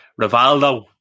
Rivaldo